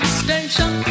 station